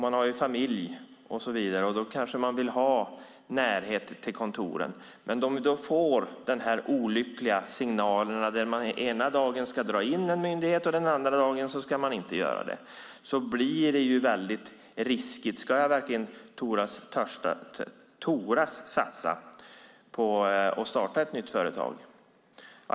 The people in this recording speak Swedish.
Man kanske har familj och vill ha närhet till kontoren. Om man då får dessa olyckliga signaler, där man ena dagen ska dra in en myndighet och andra dagen inte, blir det väldigt riskfyllt och man frågar sig om man verkligen ska våga satsa på att starta ett nytt företag.